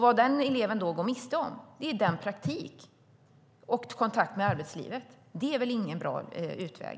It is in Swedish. Vad den eleven då går miste om är praktik och kontakt med arbetslivet. Det är väl ingen bra utväg.